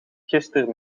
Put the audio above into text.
gisteren